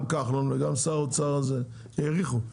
גם כחלון וגם שר האוצר הנוכחי האריכו.